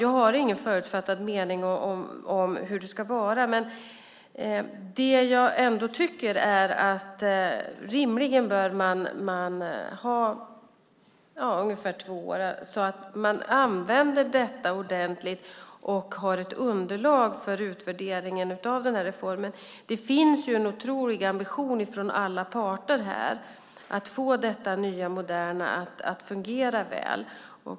Jag har ingen förutfattad mening om hur det ska vara, men jag tycker ändå att man rimligen bör ha ungefär två år så att man använder detta ordentligt och har ett underlag för utvärderingen av reformen. Det finns en otrolig ambition från alla parter att få detta nya moderna att fungera väl.